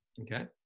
okay